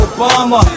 Obama